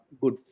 good